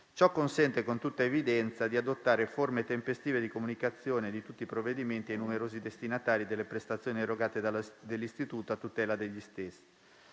Ciò consente, con tutta evidenza, di adottare forme tempestive di comunicazione di tutti i provvedimenti ai numerosi destinatari delle prestazioni erogate dall'Istituto a tutela degli stessi.